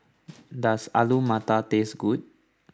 does Alu Matar taste good